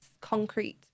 concrete